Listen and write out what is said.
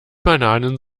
bananen